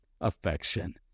affection